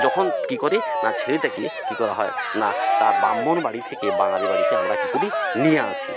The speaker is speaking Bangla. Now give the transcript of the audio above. যখন কী করি না ছেলেটাকে কী করা হয় না তার ব্রাহ্মণ বাড়ি থেকে বাঙালি বাড়িতে আমরা কী করি নিয়ে আসি